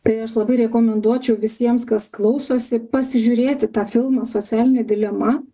tai aš labai rekomenduočiau visiems kas klausosi pasižiūrėti tą filmą socialinė dilema